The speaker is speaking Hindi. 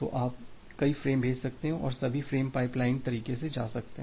तो आप कई फ़्रेम भेज सकते हैं और सभी फ़्रेम पाइपलाइन्ड तरीके से जा सकते हैं